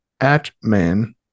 Atman